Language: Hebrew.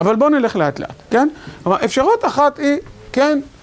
אבל בואו נלך לאט לאט, כן? כלומר אפשרות אחת היא, כן?